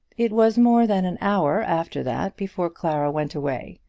it was more than an hour after that before clara went away,